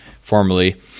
formerly